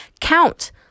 count